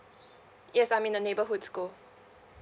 yes I'm in the neighbourhood school